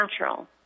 natural